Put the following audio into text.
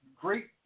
great